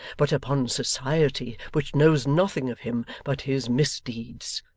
but upon society which knows nothing of him but his misdeeds.